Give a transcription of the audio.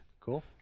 Cool